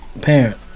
parent